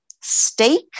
steak